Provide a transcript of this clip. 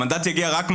המנדט יגיע רק מהציבור.